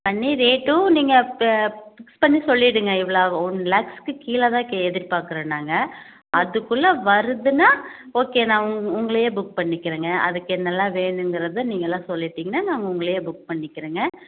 பண்ணி ரேட்டும் நீங்கள் இப்போ பிக்ஸ் பண்ணி சொல்லிவிடுங்க எவ்வளோ ஆகும் ஒன் லேக்ஸ்க்கு கீழே தான் கே எதிர்பார்க்குறோம் நாங்கள் அதுக்குள்ளே வருதுன்னால் ஓகே நான் உங் உங்களையே புக் பண்ணிக்கிறேங்க அதுக்கு என்னெல்லாம் வேணுங்கிறத நீங்களாக சொல்லிட்டீங்கன்னால் நான் உங்களையே புக் பண்ணிக்கிறேங்க